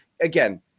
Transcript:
again